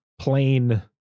plain